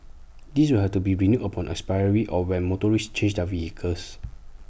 this will have to be renewed upon expiry or when motorists change their vehicles